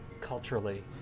culturally